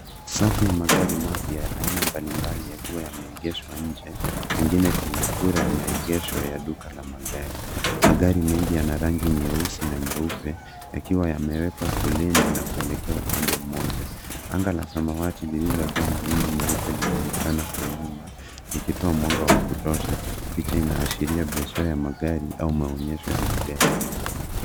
Safu ya magari apya ya aina mbalimbai yakiwa yameegeshwa nje, pengine kwenye kura ya maegesho ya duka la magari. Magari mengi yana rangi nyeusi na nyeupe yakiwa yamewekwa foleni na kuelekea upande mmoja. Anga la samawati lililojaa mawingu meupe linaonekana kwa nyuma likitoa mwanga wa kutosha. Picha inaashiria biashara ya magari aua maonyesho ya magari.